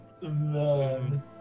man